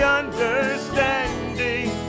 understanding